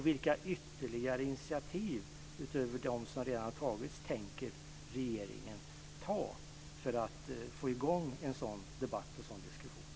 Vilka ytterligare initiativ, utöver dem som redan tagits, tänker regeringen ta för att få i gång en sådan debatt och en sådan diskussion?